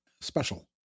special